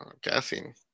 guessing